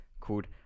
Called